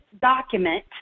document